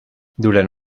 durant